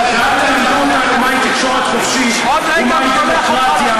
ואל תלמדו אותנו מהי תקשורת חופשית ומהי דמוקרטיה,